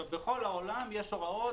בכל העולם יש הוראות,